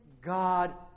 God